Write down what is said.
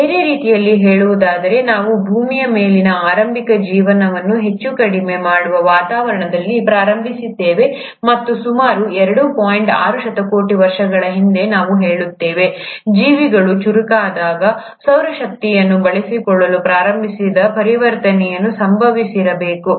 ಬೇರೆ ರೀತಿಯಲ್ಲಿ ಹೇಳುವುದಾದರೆ ನಾವು ಭೂಮಿಯ ಮೇಲಿನ ಆರಂಭಿಕ ಜೀವನವನ್ನು ಹೆಚ್ಚು ಕಡಿಮೆ ಮಾಡುವ ವಾತಾವರಣದಲ್ಲಿ ಪ್ರಾರಂಭಿಸಿದ್ದೇವೆ ಮತ್ತು ಸುಮಾರು ಎರಡು ಪಾಯಿಂಟ್ ಆರು ಶತಕೋಟಿ ವರ್ಷಗಳ ಹಿಂದೆ ನಾನು ಹೇಳುತ್ತೇನೆ ಜೀವಿಗಳು ಚುರುಕಾದಾಗ ಸೌರ ಶಕ್ತಿಯನ್ನು ಬಳಸಿಕೊಳ್ಳಲು ಪ್ರಾರಂಭಿಸಿದ ಪರಿವರ್ತನೆಯು ಸಂಭವಿಸಿರಬೇಕು